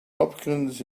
hopkins